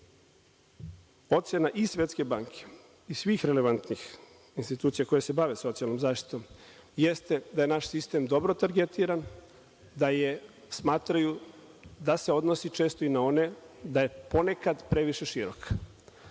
ocena i Svetske banke i svih relevantnih institucija koje se bave socijalnom zaštitom jeste da je naš sistem dobro targetiran, smatraju da se odnosi često i na one, da je ponekad previše širok.